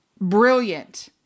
brilliant